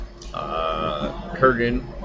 Kurgan